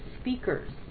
Speakers